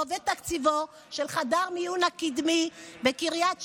ותקציבו של חדר המיון הקדמי בקריית שמונה,